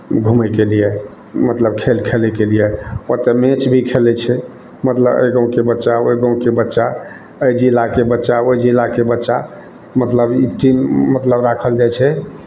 घुमयके लिए मतलब खेल खेलयके लिए ओतय मैच भी खेलै छै मतलब एहि गाँवके बच्चा ओहि गाँवके बच्चा एहि जिलाके बच्चा ओहि जिलाके बच्चा मतलब ई टीम मतलब राखल जाइ छै